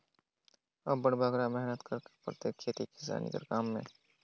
अब्बड़ बगरा मेहनत करेक परथे खेती किसानी कर काम में